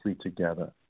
together